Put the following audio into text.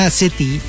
city